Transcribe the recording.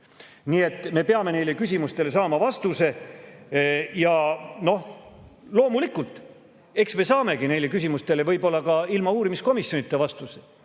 nii et me peame neile küsimustele saama vastused. Loomulikult, me saamegi neile küsimustele võib-olla ka ilma uurimiskomisjonita vastused.